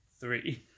three